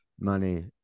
money